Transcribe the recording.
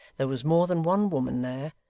there was more than one woman there,